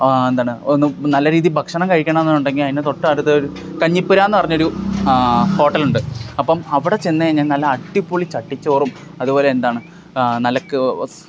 എന്താണ് ഒന്നു നല്ല രീതിയിൽ ഭക്ഷണം കഴിക്കണമെന്നുണ്ടെങ്കില് അതിനു തൊട്ടടുത്ത് കഞ്ഞിപ്പുര എന്ന് പറഞ്ഞ ഒരു ഹോട്ടലുണ്ട് അപ്പോള് അവിടെ ചെന്നുകഴിഞ്ഞാല് നല്ല അടിപൊളി ചട്ടിച്ചോറും അതുപോലെ എന്താണ് നല്ല ക് സ്